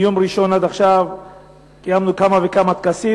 מיום ראשון עד עכשיו קיימנו כמה וכמה טקסים.